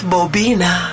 Bobina